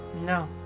No